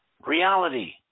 reality